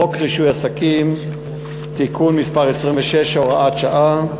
וחוק רישוי עסקים (תיקון מס' 26) (הוראת שעה),